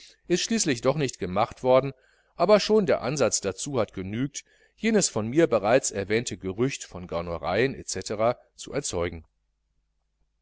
ist schließlich nicht gemacht worden aber schon der ansatz dazu hat genügt jenes von mir bereits erwähnte gerücht von gaunereien c zu erzeugen